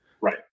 right